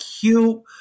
cute